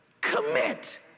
commit